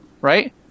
right